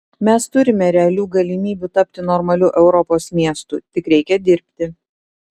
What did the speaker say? mes turime realių galimybių tapti normaliu europos miestu tik reikia dirbti